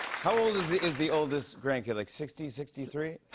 how old is the is the oldest grandkid? like, sixty? sixty three?